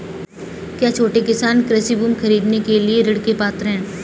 क्या छोटे किसान कृषि भूमि खरीदने के लिए ऋण के पात्र हैं?